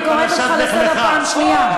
אני קוראת אותך לסדר פעם שנייה.